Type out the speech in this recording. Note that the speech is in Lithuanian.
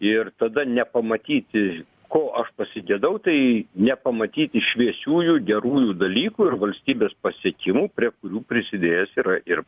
ir tada nepamatyti ko aš pasigedau tai nepamatyti šviesiųjų gerųjų dalykų ir valstybės pasiekimų prie kurių prisidėjęs yra ir